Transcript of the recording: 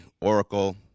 Oracle